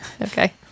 Okay